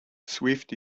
swift